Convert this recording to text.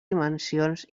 dimensions